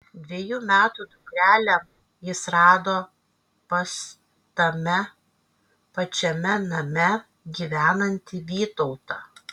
dvejų metų dukrelę jis rado pas tame pačiame name gyvenantį vytautą